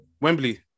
Wembley